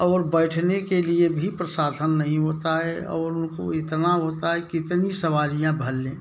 और बैठने के लिए भी प्रशासन नहीं होता हैं और उनको इतना होता कितनी सवारिया भर लें